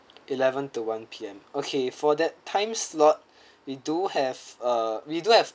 eleven to one P_M okay for that time slot we do have uh we do have